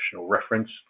reference